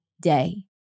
day